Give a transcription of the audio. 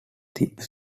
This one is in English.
dyes